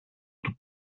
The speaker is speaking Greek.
του